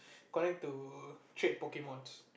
connect to trade pokemons